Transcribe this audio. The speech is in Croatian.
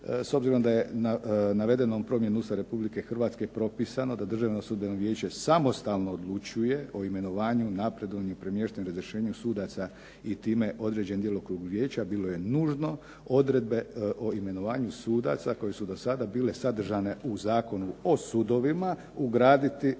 s obzirom da je navedenom promjenom Ustava Republike Hrvatske propisano da Državno sudbeno vijeće samostalno odlučuje o imenovanju, napredovanju i premještanju i razrješenju sudaca i time određen djelokrug vijeća, bilo je nužno odredbe o imenovanju sudaca koji su do sada bile sadržane u Zakonu o sudovima ugraditi u